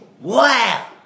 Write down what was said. Wow